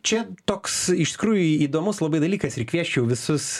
čia toks iš tikrųjų įdomus labai dalykas ir kviesčiau visus